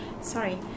Sorry